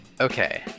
Okay